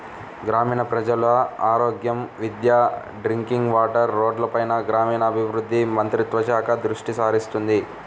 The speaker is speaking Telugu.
గ్రామీణ ప్రజల ఆరోగ్యం, విద్య, డ్రింకింగ్ వాటర్, రోడ్లపైన గ్రామీణాభివృద్ధి మంత్రిత్వ శాఖ దృష్టిసారిస్తుంది